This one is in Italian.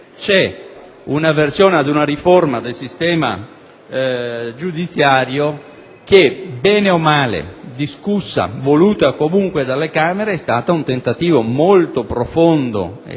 è l'avversione ad una riforma del sistema giudiziario che, bene o male, discussa ma voluta comunque dalle Camere, è stato un tentativo molto profondo